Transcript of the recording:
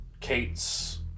kate's